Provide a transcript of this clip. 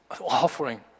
Offering